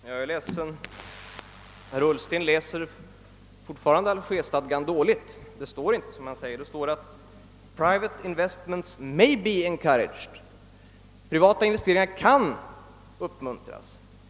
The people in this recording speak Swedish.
Herr talman! Jag är ledsen över att behöva konstatera det, men herr Ullsten läser Algerstadgan dåligt. Det står där att »private investments may be encouraged» — privata investeringar kan uppmuntras.